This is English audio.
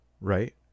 right